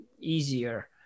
easier